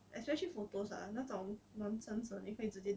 especially photos ah 那种 nonsense 的你可以直接 delete 掉